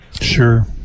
Sure